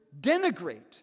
denigrate